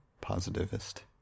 positivist